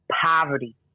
poverty